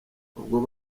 ubwose